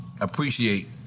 appreciate